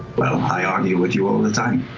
well, i argue with you all the time.